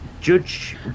judge